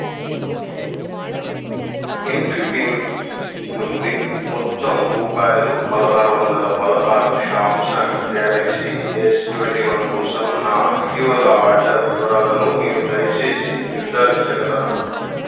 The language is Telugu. ఇన్ఫిభీమ్ నుండి మొత్తం రూపాయిలు పదహారు వందల పదహారు Samsung Galaxy S twenty one కోసం నా ఇటీవల ఆర్డర్ వివరాలను మీరు దయచేసి నిర్ధారించగలరా